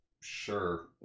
sure